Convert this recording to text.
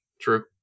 True